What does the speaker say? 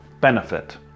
benefit